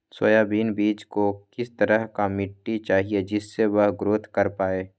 Soybean बीज को किस तरह का मिट्टी चाहिए जिससे वह ग्रोथ कर पाए?